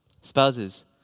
Spouses